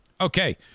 Okay